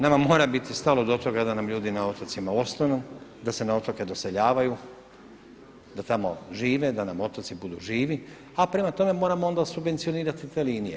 Nama mora biti stalo do toga da nam ljudi na otocima ostanu, da se na otoke doseljavaju, da tamo žive, da nam otoci budu živi, a prema tome moramo onda subvencionirati te linije.